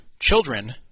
children